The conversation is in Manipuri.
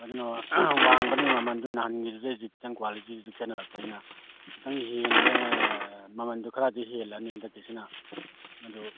ꯑꯗꯨꯅ ꯋꯥꯡꯕꯅꯤꯅ ꯃꯃꯟꯗꯨ ꯅꯍꯥꯟꯒꯤꯗꯨꯗꯩꯗꯤ ꯈꯤꯇꯪ ꯀ꯭ꯋꯥꯂꯤꯇꯤꯗꯨ ꯈꯦꯠꯅꯔꯛꯄꯅꯤꯅ ꯈꯤꯇꯪ ꯃꯃꯟꯗꯨ ꯈꯔꯗꯤ ꯍꯦꯜꯂꯅꯤ ꯍꯟꯗꯛꯀꯤꯁꯤꯅ ꯑꯗꯨ